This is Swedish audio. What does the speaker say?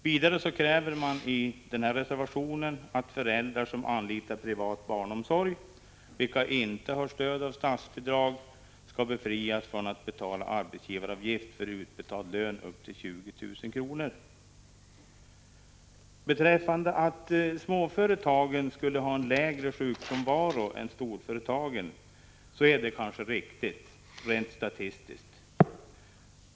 Vidare kräver man i reservationen att föräldrar som anlitar privat barnomsorg och inte har stöd av statsbidrag skall befrias från att betala arbetsgivaravgift för utbetald lön upp till 20 000 kr. Att småföretagen skulle ha en lägre sjukfrånvaro än storföretagen är kanske riktigt, rent statistiskt.